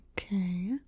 Okay